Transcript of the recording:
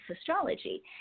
astrology